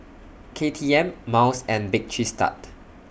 K T M Miles and Bake Cheese Tart